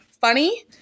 funny